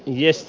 jes